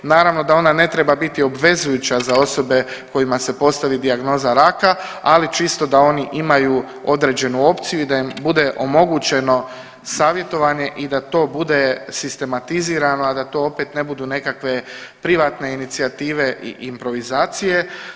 Naravno da ona ne treba biti obvezujuća za osobe kojima se postavi dijagnoza raka, ali čisto da oni imaju određenu opciju i da im bude omogućeno savjetovanje i da to bude sistematizirano, a da to opet ne budu nekakve privatne inicijative i improvizacije.